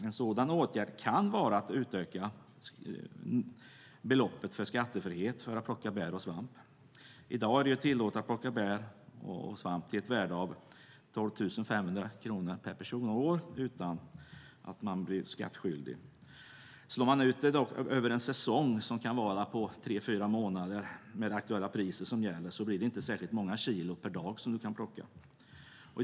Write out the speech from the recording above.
En sådan åtgärd kan vara att utöka beloppet för skattefrihet för att plocka bär och svamp. I dag är det tillåtet att plocka bär och svamp till ett värde av 12 500 kronor per person och år utan att man blir skattskyldig. Slår man ut det på en säsong som kan vara tre fyra månader med de aktuella priser som gäller blir det inte särskilt många kilo per dag som man kan plocka.